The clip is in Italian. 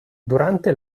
durante